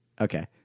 Okay